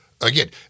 again